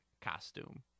costume